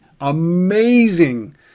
amazing